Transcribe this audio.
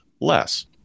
less